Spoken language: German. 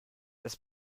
das